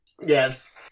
yes